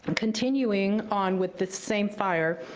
continuing on with this same fire,